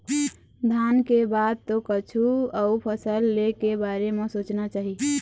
धान के बाद तो कछु अउ फसल ले के बारे म सोचना चाही